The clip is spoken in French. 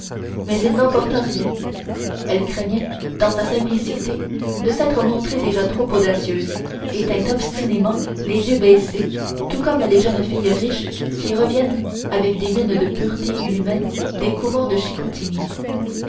mais il n'emporta rien elle craignait dans sa simplicité de s'être montrée déjà trop audacieuse et tint obstinément les yeux baissés tout comme les jeunes filles riches qui reviennent avec des mines de pureté inhumaine des couvents de chicoutimi